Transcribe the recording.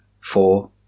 four